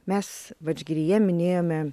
mes vadžgiryje minėjome